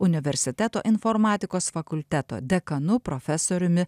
universiteto informatikos fakulteto dekanu profesoriumi